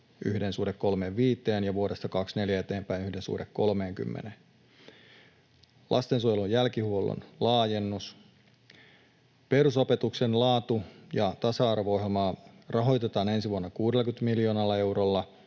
22 on 1:35 ja vuodesta 24 eteenpäin 1:30. Lastensuojelun jälkihuollon laajennus. Perusopetuksen laatu‑ ja tasa-arvo-ohjelmaa rahoitetaan ensi vuonna 60 miljoonalla eurolla